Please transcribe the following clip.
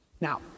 Now